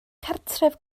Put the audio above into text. cartref